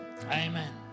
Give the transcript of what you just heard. Amen